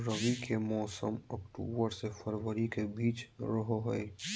रबी के मौसम अक्टूबर से फरवरी के बीच रहो हइ